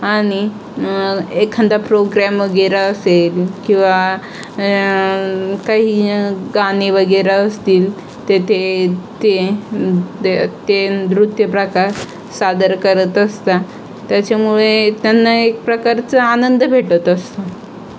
आणि एखादा प्रोग्रॅम वगैरे असेल किंवा काही गाणे वगैरे असतील तेथे ते तर ते नृत्य प्रकार सादर करत असतात त्याच्यामुळे त्यांना एक प्रकारचा आनंद भेटत असतो